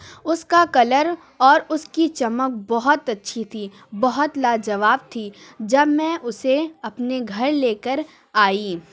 اس کا کلر اور اس کی چمک بہت اچھی تھی بہت لا جواب تھی جب میں اسے اپنے گھر لے کر آئی